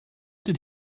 did